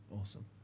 Awesome